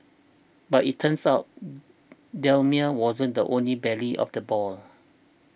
but it turns out Daimler wasn't the only belle of the ball